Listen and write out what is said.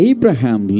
Abraham